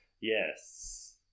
Yes